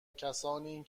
کسانی